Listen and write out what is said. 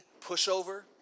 pushover